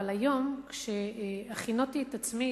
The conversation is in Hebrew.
אבל היום כשהכינותי את עצמי,